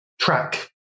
track